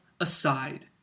aside